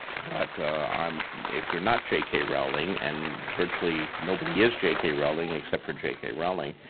but um if you're not j. k. rowling, and virtually nobody is j. k. rowling, except for j. k. rowling,